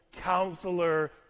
counselor